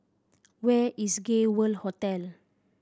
where is Gay World Hotel